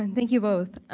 and thank you both.